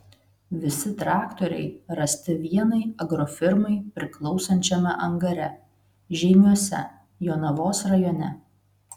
visi traktoriai rasti vienai agrofirmai priklausančiame angare žeimiuose jonavos rajone